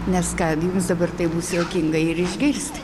nes ką jums dabar tai bus juokinga ir išgirst